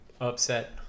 upset